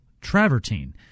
travertine